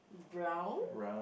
brown